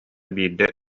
биирдэ